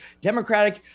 Democratic